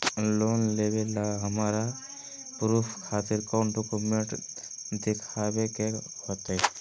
Loan लेबे ला हमरा प्रूफ खातिर कौन डॉक्यूमेंट देखबे के होतई?